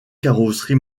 carrosserie